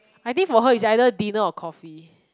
I think for her is either dinner or coffee